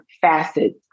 facets